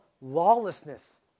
lawlessness